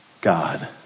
God